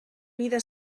vida